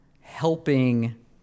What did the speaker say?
helping